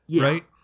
right